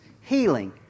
healing